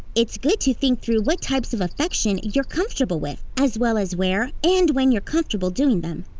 it's good to think through what types of affection you're comfortable with, as well as where and when you're comfortable doing them,